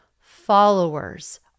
Followers